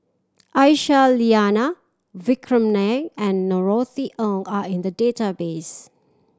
Aisyah Lyana Vikram Nair and Norothy Ng are in the database